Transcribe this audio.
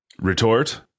Retort